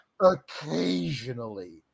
occasionally